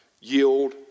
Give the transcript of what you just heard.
Yield